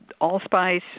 Allspice